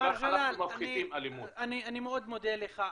מר ג'לאל, אני מודה לך.